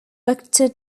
victor